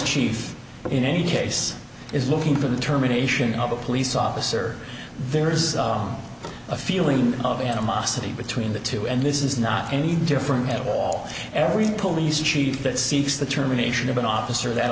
chief in any case is looking for the terminations of a police officer there is a feeling of animosity between the two and this is not any different at all every police chief that seeks the term a nation of an officer that